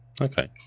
Okay